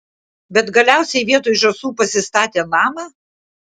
bet galiausiai vietoj žąsų pasistatė namą